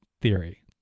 theory